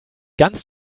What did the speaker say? ganz